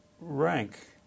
rank